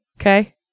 Okay